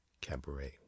Cabaret